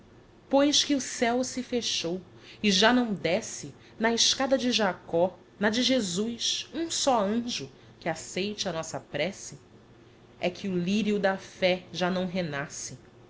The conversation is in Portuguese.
pois que o céo se fechou e já não desce na escada de jacob na de jesus um só anjo que acceite a nossa prece é que o lyrio da fé já não renasce